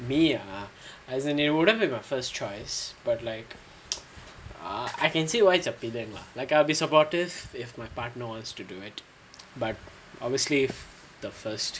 me ah as in it wouldn't be my first choice but like err I can see why them lah like I will be supportive if my partner wants to do it but obviously if the first